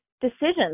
decisions